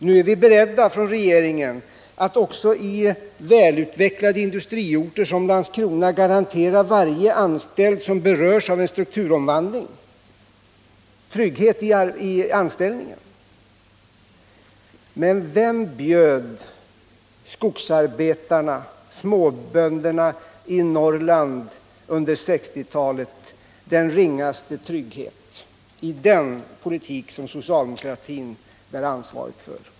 Nu är vi beredda från regeringens sida att också i välutvecklade industriorter som Landskrona garantera varje anställd som berörs av en strukturomvandling trygghet i anställningen. Men vem erbjöd under 1960-talet skogsarbetarna och småbönderna i Norrland den ringaste trygghet i den politik som socialdemokratin bär ansvaret för?